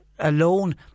alone